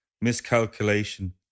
miscalculation